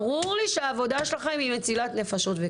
ברור לי שהעבודה שלכם היא עבודת קודש מצילת נפשות.